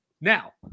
Now